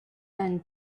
than